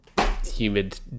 humid